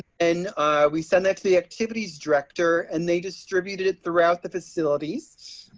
and we send that to the activities director and they distribute it it throughout the facilities,